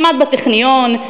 למד בטכניון,